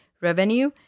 revenue